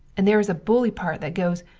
and their is a buly part that goes,